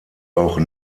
auch